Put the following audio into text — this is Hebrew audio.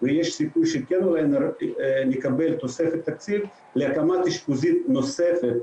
ויש סיכוי שכן נקבל תוספת תקציב להקמת אשפוזית נוספת,